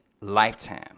lifetime